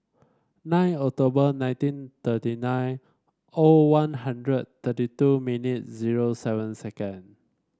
nine October nineteen thirty nine O One Hundred thirty two minute zero seven second